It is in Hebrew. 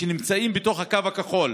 אלה שנמצאים בתוך הקו הכחול